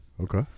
Okay